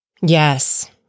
Yes